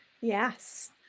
Yes